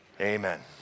amen